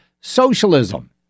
socialism